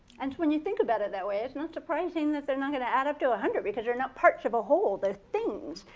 and when you think about it that way, it's not surprising that they're not going to add up to one ah hundred, because they're not parts of a whole. they're things.